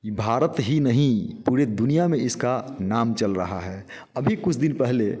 कि भारत ही नहीं पूरी दुनिया में इसका नाम चल रहा है अभी कुछ दिन पहले